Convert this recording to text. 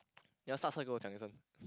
you want start so 给我讲一声